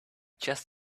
just